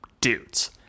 dudes